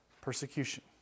persecution